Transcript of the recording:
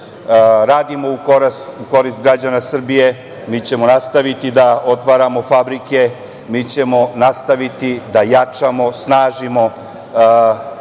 radimo u korist građana Srbije, mi ćemo nastaviti da otvaramo fabrike, mi ćemo nastaviti da jačamo, snažimo